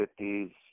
50s